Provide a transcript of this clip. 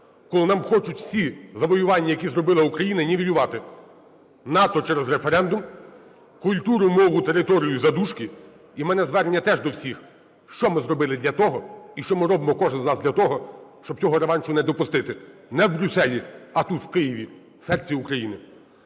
коли нам хочуть всі завоювання, які зробила Україна, нівелювати: НАТО – через референдум, культуру, мову, територію – за дужки. І у мене звернення теж до всіх: що ми зробили для того, і що ми робимо кожен з нас для того, щоб цього реваншу не допустити не в Брюсселі, а тут, в Києві, в серці України.